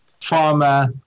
Farmer